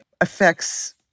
affects